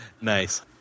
Nice